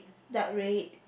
dark red